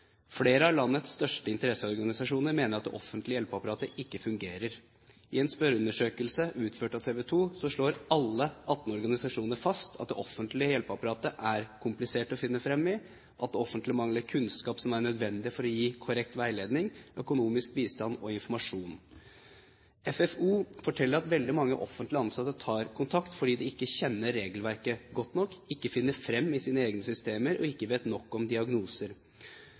Flere av landets største interesseorganisasjoner mener at det offentlige hjelpeapparatet ikke fungerer. I en spørreundersøkelse utført av TV 2 slår alle 18 organisasjonene fast at det offentlige hjelpeapparatet er komplisert å finne frem i, og at det offentlige mangler kunnskap som er nødvendig for å gi korrekt veiledning, økonomisk bistand og informasjon. FFO forteller at veldig mange offentlig ansatte tar kontakt, fordi de ikke kjenner regelverket godt nok, ikke finner frem i sine egne systemer og ikke vet nok om diagnoser.